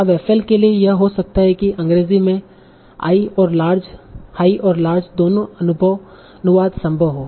अब FL के लिए यह हो सकता है कि अंग्रेजी में हाई और लार्ज दोनों अनुवाद संभव हों